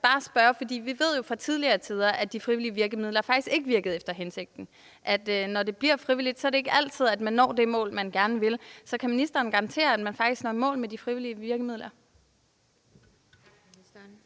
Vi ved jo fra tidligere tider, at de frivillige virkemidler faktisk ikke virkede efter hensigten. Når det bliver frivilligt, er det ikke altid, at man når det mål, man gerne vil. Så kan ministeren garantere, at man faktisk når i mål med de frivillige virkemidler?